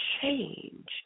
change